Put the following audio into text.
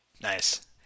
Nice